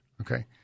okay